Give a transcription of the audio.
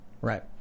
Right